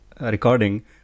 recording